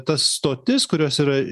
tas stotis kurios yra